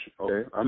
okay